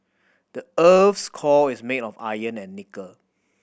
the earth's core is made of iron and nickel